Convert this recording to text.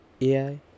AI